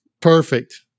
Perfect